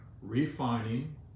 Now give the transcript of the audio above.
refining